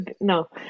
no